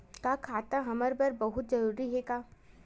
का खाता हमर बर बहुत जरूरी हे का?